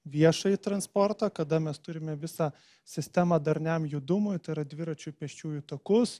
viešąjį transportą kada mes turime visą sistemą darniam judumui tai yra dviračių pėsčiųjų takus